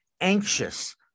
anxious